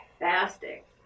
fantastic